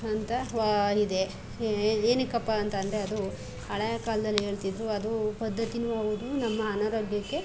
ಅಂತವಾ ಇದೆ ಏನಕ್ಕಪ್ಪ ಅಂತ ಅಂದ್ರೆ ಅದು ಹಳೆಯ ಕಾಲದಲ್ಲಿ ಹೇಳ್ತಿದ್ದರು ಅದು ಪದ್ಧತಿಯೂ ಹೌದು ನಮ್ಮ ಅನಾರೋಗ್ಯಕ್ಕೆ